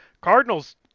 Cardinals